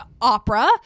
opera